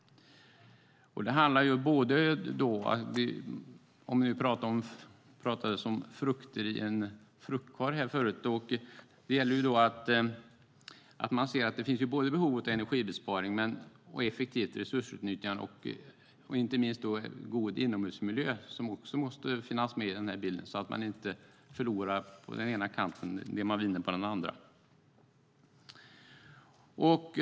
Det pratades förut om frukter i en fruktkorg. Det gäller att se att det finns ett behov av energibesparing, effektivt resursutnyttjande och inte minst god inomhusmiljö, som också måste finnas med i bilden, så att man inte förlorar på den ena kanten vad man vinner på den andra.